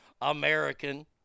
American